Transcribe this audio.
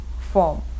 form